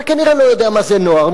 אתה כנראה לא יודע מה זה נוער.